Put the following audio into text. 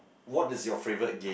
what is your favorite game